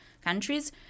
countries